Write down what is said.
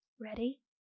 Ready